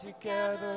together